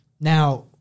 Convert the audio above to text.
now